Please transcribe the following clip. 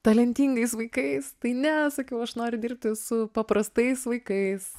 talentingais vaikais tai ne sakiau aš noriu dirbti su paprastais vaikais